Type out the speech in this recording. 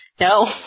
No